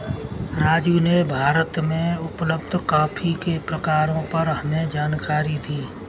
राजू ने भारत में उपलब्ध कॉफी के प्रकारों पर हमें जानकारी दी